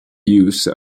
use